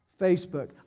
Facebook